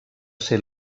ser